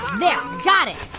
there, got it.